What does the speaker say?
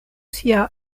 sia